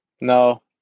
No